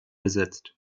besetzt